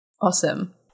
Awesome